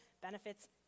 benefits